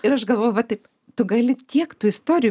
ir aš galvoju va taip tu gali tiek tų istorijų